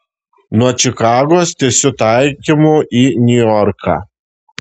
nuo čikagos tiesiu taikymu į niujorką